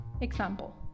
Example